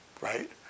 right